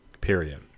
period